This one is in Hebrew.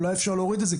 אולי אפשר להוריד את זה,